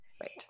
Right